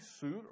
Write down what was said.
suit